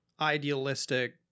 idealistic